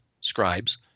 scribes